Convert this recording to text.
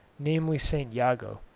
namely, st. jago,